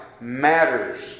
matters